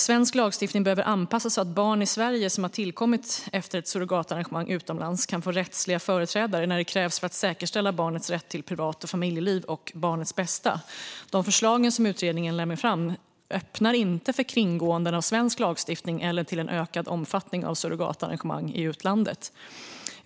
Svensk lagstiftning behöver anpassas så att barn i Sverige som har tillkommit efter ett surrogatarrangemang utomlands kan få rättsliga företrädare när det krävs för att säkerställa barnets rätt till privat och familjeliv och barnets bästa. De förslag som utredningen lämnar öppnar inte för kringgåenden av svensk lagstiftning eller ökad omfattning av surrogatarrangemang i utlandet.